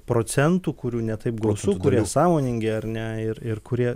procentų kurių ne taip gausu kurie sąmoningi ar ne ir ir kurie